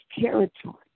territory